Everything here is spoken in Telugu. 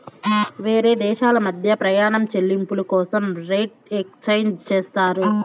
వేరే దేశాల మధ్య ప్రయాణం చెల్లింపుల కోసం రేట్ ఎక్స్చేంజ్ చేస్తారు